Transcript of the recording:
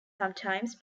sometimes